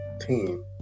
team